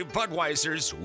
Budweiser's